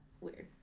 Weird